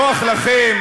נוח לכם,